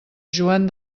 joan